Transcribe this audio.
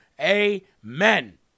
Amen